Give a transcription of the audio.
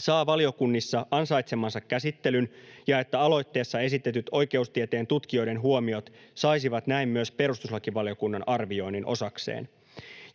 saa valiokunnissa ansaitsemansa käsittelyn ja että aloitteessa esitetyt oikeustieteen tutkijoiden huomiot saisivat näin myös perustuslakivaliokunnan arvioinnin osakseen.